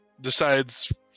decides